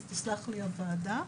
אז תסלח לי הוועדה.